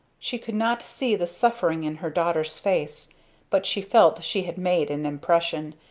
she could not see the suffering in her daughter's face but she felt she had made an impression,